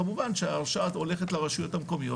כמובן שההרשאה הולכת לרשויות המקומיות